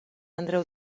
andreu